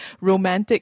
romantic